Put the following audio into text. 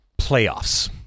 playoffs